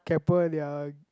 Keppel their